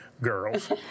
girls